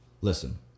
Listen